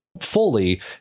fully